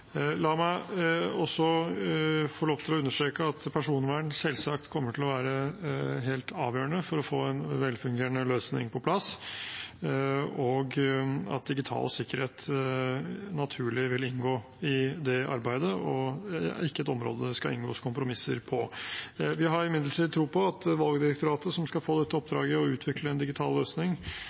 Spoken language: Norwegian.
La meg også få lov til å understreke at personvern selvsagt kommer til å være helt avgjørende for å få en velfungerende løsning på plass, og at digital sikkerhet naturlig vil inngå i det arbeidet og ikke er et område det skal inngås kompromisser på. Vi har imidlertid tro på at Valgdirektoratet, som skal få oppdraget med å utvikle en digital løsning